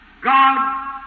God